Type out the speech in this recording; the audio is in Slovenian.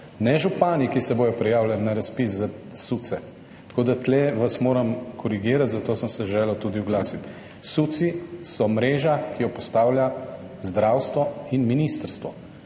ne župani, ki se bodo prijavljali na razpis za SUC. Tu vas moram korigirati, zato sem se želel tudi oglasiti. SUC so mreža, ki jo postavlja zdravstvo in ministrstvo